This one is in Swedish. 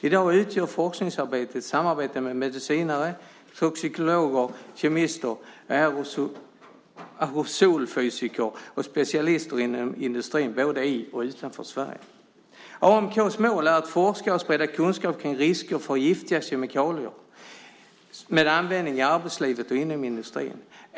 I dag utgör forskningsarbetet ett samarbete med medicinare, toxikologer, kemister, aerosolfysiker och specialister inom industrin både i och utanför Sverige. AMK:s mål är att forska och sprida kunskap kring risker från giftiga kemikalier med användning i arbetslivet och inom industrin.